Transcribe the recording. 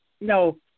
no